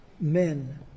men